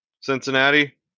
Cincinnati